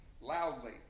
loudly